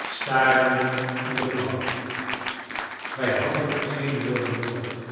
starende in de vlammen wij hadden ook geen woorden noodig